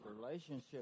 relationship